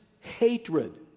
hatred